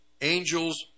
angels